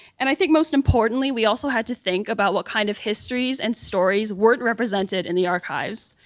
and i think most importantly, we also had to think about what kind of histories and stories weren't represented in the archives,